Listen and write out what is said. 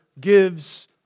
gives